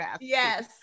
Yes